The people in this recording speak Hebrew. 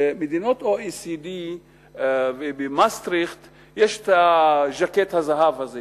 במדינות ה-OECD ובמסטריכט יש ז'קט הזהב הזה,